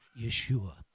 Yeshua